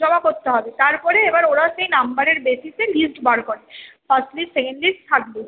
জমা করতে হবে তারপরে এবার ওরা সেই নাম্বারের বেসিসে লিস্ট বার করে first list second list third list